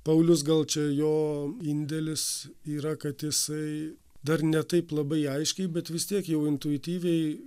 paulius gal čia jo indėlis yra kad jisai dar ne taip labai aiškiai bet vis tiek jau intuityviai